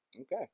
Okay